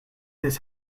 this